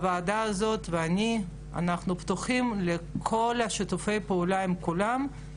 הוועדה הזאת ואני אנחנו פתוחים לכל שיתופי הפעולה עם כולם,